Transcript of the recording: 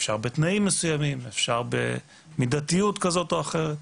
אפשר בתנאים מסוימים, אפשר במידתיות כזאת או אחרת.